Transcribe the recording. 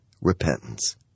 Repentance